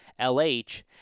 LH